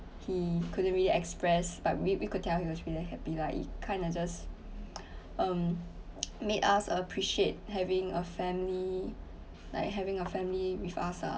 he couldn't really express but we we could tell he was really happy lah it kind of just um made us appreciate having a family like having a family with us ah